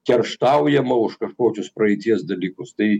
kerštaujama už kažkokius praeities dalykus tai